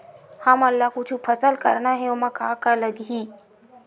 हमन ला कुछु फसल करना हे ओमा का का लगही?